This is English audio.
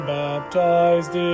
baptized